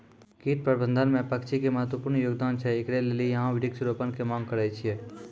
कीट प्रबंधन मे पक्षी के महत्वपूर्ण योगदान छैय, इकरे लेली यहाँ वृक्ष रोपण के मांग करेय छैय?